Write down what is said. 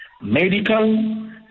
medical